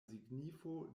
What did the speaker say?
signifo